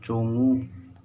ꯆꯣꯡꯉꯨ